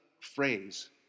phrase